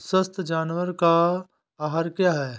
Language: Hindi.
स्वस्थ जानवर का आहार क्या है?